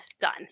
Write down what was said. done